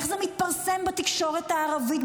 איך זה מתפרסם בתקשורת הערבית?